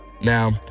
Now